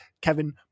Kevin